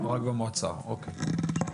רק במועצה, אוקיי.